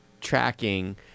tracking